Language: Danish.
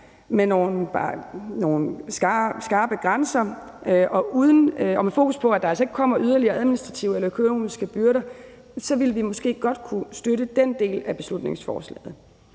med nogle skarpe grænser og med fokus på, at der altså ikke kommer yderligere administrative eller økonomiske byrder, ville vi måske godt kunne støtte den del af beslutningsforslaget.